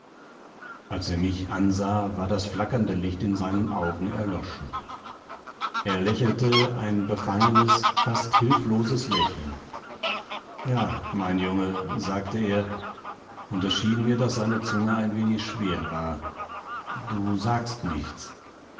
als er mich ansah war das flackernde licht in seinen augen erloschen er lächelte ein befangenes fast hilfloses lächeln ja mein junge sagte er und es schien mir daß seine zunge ein wenig schwer war du sagst nichts